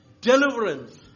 deliverance